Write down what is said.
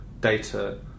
data